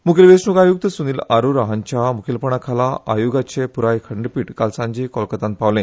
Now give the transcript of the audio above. मुखेल वेचणूक आयुक्त सुनील आरोरा हांच्या मुखेलपणाखाला आयोगाचे पुराय खंडपीठ काल सांजे कोलकातात पावले